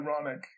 ironic